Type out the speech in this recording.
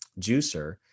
juicer